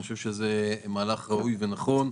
אני חושב שזה מהלך ראוי ונכון.